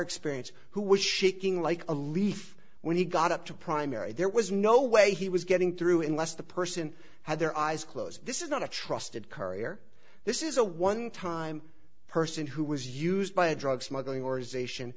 experience who was shaking like a leaf when he got up to primary there was no way he was getting through unless the person had their eyes closed this is not a trusted courier this is a one time person who was used by a drug smuggling